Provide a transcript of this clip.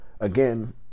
Again